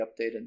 updated